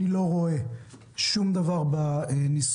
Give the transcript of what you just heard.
אני לא רואה שום דבר בניסוח,